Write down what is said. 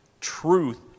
truth